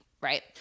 right